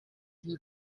you